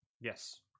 Yes